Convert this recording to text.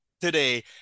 today